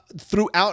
throughout